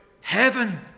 Heaven